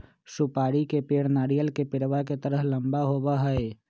सुपारी के पेड़ नारियल के पेड़वा के तरह लंबा होबा हई